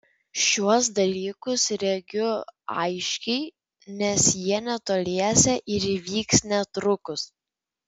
šiuos dalykus regiu aiškiai nes jie netoliese ir įvyks netrukus